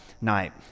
night